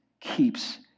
keeps